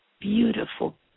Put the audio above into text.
beautiful